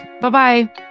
Bye-bye